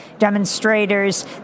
demonstrators